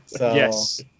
Yes